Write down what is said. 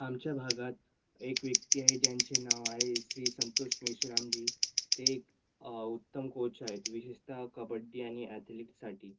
आमच्या भागात एक व्यक्ती आहे ज्यांचे नाव आहे श्री संतोष मेश्रामजी ते एक उत्तम कोच आहेत विशेषत कबड्डी आणि ॲथलीटसाठी